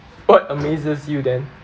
what amazes you then